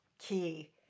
key